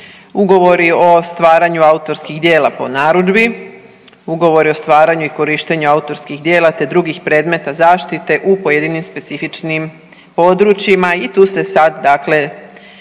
Ugovori o stvaranju autorskih djela po narudžbi, ugovori o stvaranju i korištenju autorskih djela te drugih predmeta zaštite u pojedinim specifičnim područjima i tu se sada dakle unapređuju